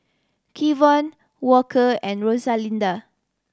Kevon Walker and Rosalinda